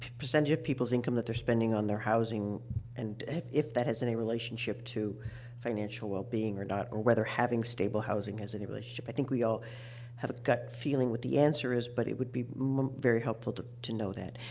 percentage of people's income that they're spending on their housing and if if that has any relationship to financial wellbeing or not or whether having stable housing has any relationship. i think we all have a gut feeling what the answer is, but it would be very helpful to to know that.